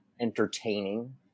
entertaining